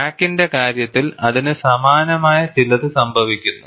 ക്രാക്കിന്റെ കാര്യത്തിൽ അതിന് സമാനമായ ചിലത് സംഭവിക്കുന്നു